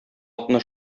атны